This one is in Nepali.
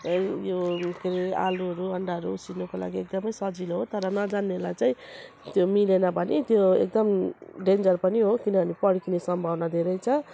यो के अरे आलुहरू अन्डाहरू उसिन्नुको लागि एकदमै सजिलो हो तर नजान्नेलाई चाहिँ त्यो मिलेन भने त्यो एकदम डेन्जर पनि हो किनभने पड्किने सम्भावना धेरै छ